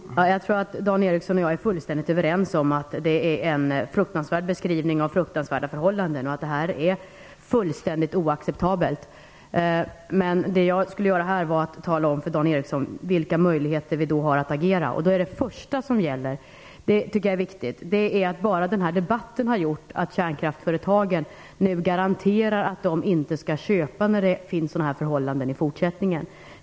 Herr talman! Jag tror att Dan Ericsson och jag är fullständigt överens om att det är fruktansvärda förhållanden som beskrivs och att de är helt oacceptabla. Men vad jag skulle göra här var att tala om för Dan Ericsson vilka möjligheter vi har att agera. Det första som jag vill peka på och som jag tycker är viktigt är att redan debatten om detta har gjort att kärnkraftföretagen nu garanterar att de framdeles inte skall köpa, om sådana här förhållanden fortsätter att gälla.